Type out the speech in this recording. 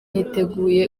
yiteguye